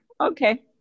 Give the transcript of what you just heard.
okay